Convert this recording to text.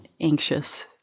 anxious